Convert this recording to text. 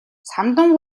самдан